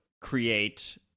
create